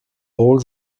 all